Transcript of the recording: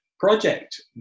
project